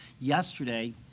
Yesterday